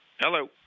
Hello